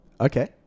Okay